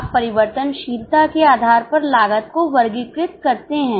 आप परिवर्तनशीलता के आधार पर लागत को वर्गीकृत करते हैं